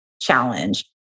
challenge